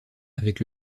avec